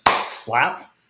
slap